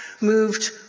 moved